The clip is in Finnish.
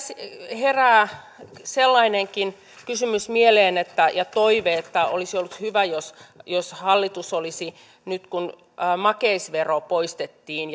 herää sellainenkin kysymys mieleen ja toive että olisi ollut hyvä jos jos hallitus olisi nyt kun makeisvero poistettiin